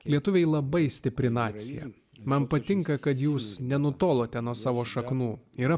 lietuviai labai stipri nacija man patinka kad jūs nenutolote nuo savo šaknų yra